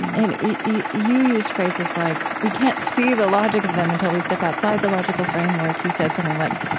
and you you use phrases like, we can't see the logic of them until we step outside the logical framework. you said something like,